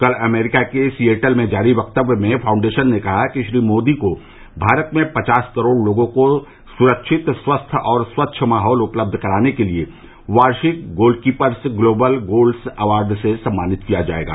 कल अमरीका के सियेटल में जारी क्तव्य में फाउंडेशन ने कहा कि श्री नरेन्द्र मोदी को भारत में पचास करोड़ लोगों को सुरक्षित स्वस्थ और स्वच्छ माहौल उपलब्ध कराने के लिए वार्षिक गोलकीपर्स ग्लोबल गोल्स अवार्ड से सम्मानित किया जायेगा